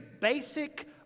basic